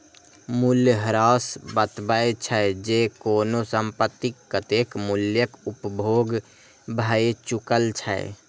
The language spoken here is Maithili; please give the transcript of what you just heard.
मूल्यह्रास बतबै छै, जे कोनो संपत्तिक कतेक मूल्यक उपयोग भए चुकल छै